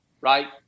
right